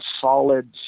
solid